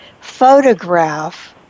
photograph